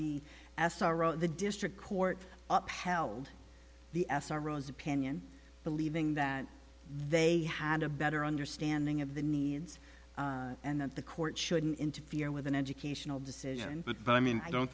o the district court upheld the s r o as opinion believing that they had a better understanding of the needs and that the court shouldn't interfere with an educational decision but i mean i don't